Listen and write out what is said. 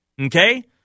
okay